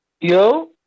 Yo